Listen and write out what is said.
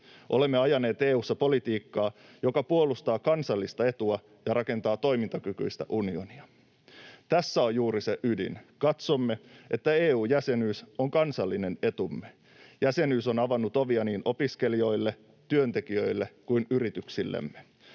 Olemme ajaneet EU:ssa politiikkaa, joka puolustaa kansallista etua ja rakentaa toimintakykyistä unionia. Tässä on juuri se ydin: katsomme, että EU-jäsenyys on kansallinen etumme. Jäsenyys on avannut ovia niin opiskelijoille, työntekijöille kuin yrityksillemme.